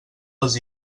els